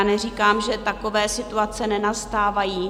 Neříkám, že takové situace nenastávají.